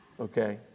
Okay